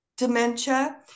Dementia